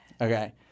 Okay